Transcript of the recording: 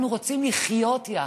אנחנו רוצים לחיות יחד.